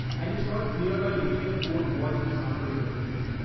and it's not clear by looking at the core what these numbers represent.